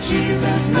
Jesus